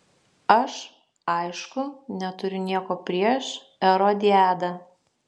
aš aišku neturiu nieko prieš erodiadą